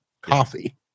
coffee